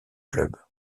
club